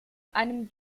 einem